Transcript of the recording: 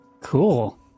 Cool